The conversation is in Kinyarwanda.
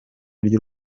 ry’u